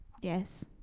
Yes